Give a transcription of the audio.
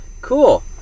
Cool